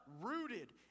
rooted